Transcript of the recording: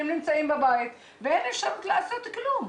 הם נמצאים בבית ואין אפשרות לעשות כלום.